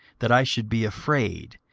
that i should be afraid,